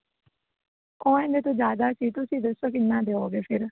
ਉਹ ਇਹਦੇ ਤੋਂ ਜ਼ਿਆਦਾ ਸੀ ਤੁਸੀਂ ਦੱਸੋ ਕਿੰਨਾ ਦਿਓਗੇ ਫਿਰ